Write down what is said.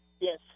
Yes